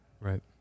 Right